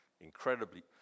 incredibly